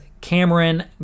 Cameron